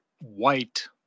white